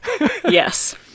yes